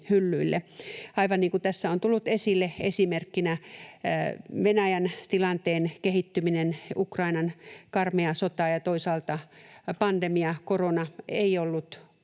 Aivan niin kuin tässä on tullut esille, niin esimerkkinä Venäjän tilanteen kehittyminen, Ukrainan karmea sota ja toisaalta pandemia, korona, eivät olleet